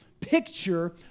picture